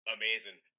amazing